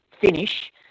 finish